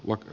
matka